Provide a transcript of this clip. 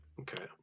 Okay